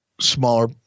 smaller